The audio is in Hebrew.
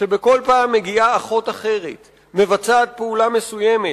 שבכל פעם מגיעה אחות אחרת, מבצעת פעולה מסוימת,